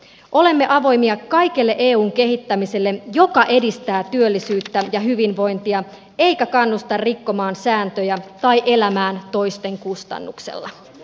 olemme avoimia kaikelle eun kehittämiselle joka edistää työllisyyttä ja hyvinvointia eikä kannusta rikkomaan sääntöjä tai elämään toisten kustannuksella